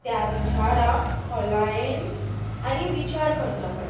त्या विचाराक खोलायेन आनी विचार करचो पडटा